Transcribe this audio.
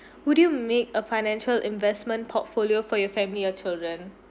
would you make a financial investment portfolio for your family or children